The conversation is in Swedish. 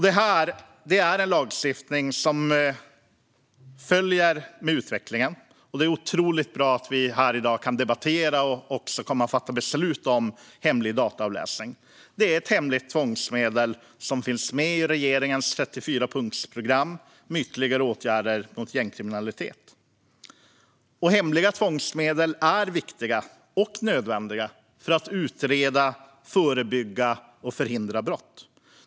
Det här är en lagstiftning som följer med utvecklingen. Det är otroligt bra att vi här i dag kan debattera och också kommer att fatta beslut om hemlig dataavläsning. Det är ett hemligt tvångsmedel som finns med i regeringens 34-punktsprogram med ytterligare åtgärder mot gängkriminalitet. Hemliga tvångsmedel är viktiga och nödvändiga för att utreda, förebygga och förhindra brott.